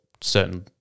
certain